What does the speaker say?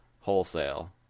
wholesale